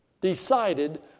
decided